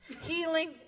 healing